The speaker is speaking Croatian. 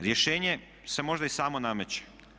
Rješenje se možda i samo nameće.